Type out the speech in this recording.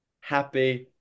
happy